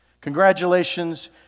congratulations